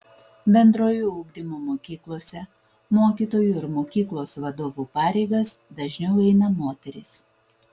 bendrojo ugdymo mokyklose mokytojų ir mokyklos vadovų pareigas dažniau eina moterys